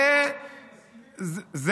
אנחנו